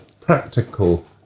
practical